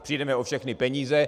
Přijdeme o všechny peníze.